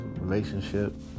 relationship